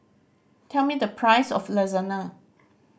tell me the price of Lasagna